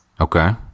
Okay